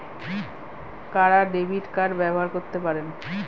কারা debit card ব্যবহার করতে পারেন?